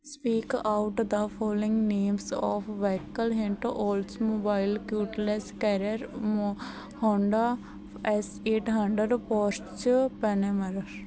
speak out the following names of vehicle hint Oldsmobile Cutlass Carrera ਮੋ Honda S eight hundred Porsche Panamera